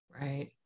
Right